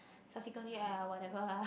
subsequently !aiya! whatever lah